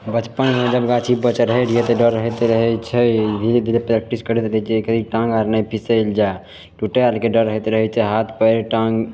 बचपनमे जब गाछीपर चढ़य रहियै तऽ डर होइत रहय छै धीरे धीरे प्रैक्टिस करैत रहय छियै जे कही टाँग आर नहि फिसलि जाइ टूटय आरके डर होइत रहय छै हाथ पयर टाँग